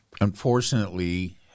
Unfortunately